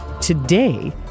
today